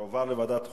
תועבר לוועדת החוקה,